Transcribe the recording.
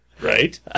right